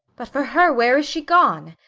but for her, where is she gone?